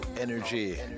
energy